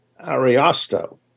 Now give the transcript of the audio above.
ariosto